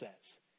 says